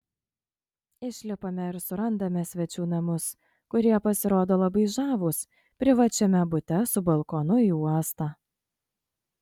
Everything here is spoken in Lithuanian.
išlipame ir surandame svečių namus kurie pasirodo labai žavūs privačiame bute su balkonu į uostą